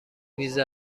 میز